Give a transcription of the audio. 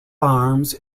arms